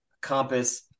compass